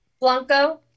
Blanco